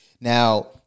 Now